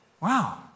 Wow